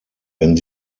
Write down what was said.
wenn